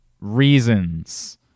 reasons